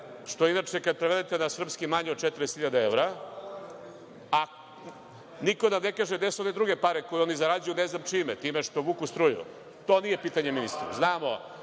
je inače kad prevedete na srpski manje od 40.000 evra, a niko nam ne kaže gde su one druge pare koji oni zarađuju ne znam čime, time što vuku struju. To nije pitanje ministru. Znamo,